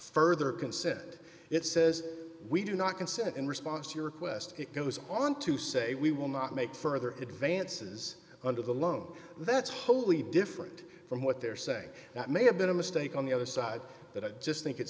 further consent it says we do not consent in response to your request it goes on to say we will not make further advances under the loan that's wholly different from what they're saying that may have been a mistake on the other side that i just think it's